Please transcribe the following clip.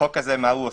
החוק הזה אומר: